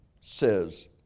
says